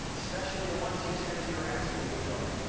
especially the ones you sent to your ex when you were drunk.